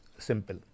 simple